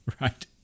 right